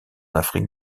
afrique